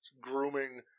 grooming